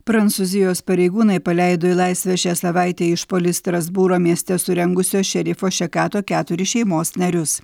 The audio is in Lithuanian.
prancūzijos pareigūnai paleido į laisvę šią savaitę išpuolį strasbūro mieste surengusio šerifo šekato keturis šeimos narius